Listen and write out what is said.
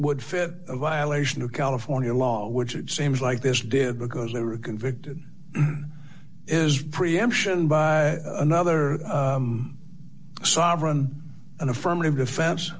would fit a violation of california law which it seems like this did because they were convicted is preemption by another sovereign and affirmative defen